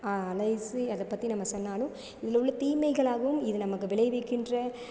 அலைசி அதைப் பற்றி நம்ம சொன்னாலும் இதில் உள்ள தீமைகளாகவும் இது நமக்கு விளைவிக்கின்ற